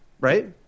right